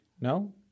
No